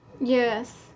Yes